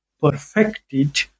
perfected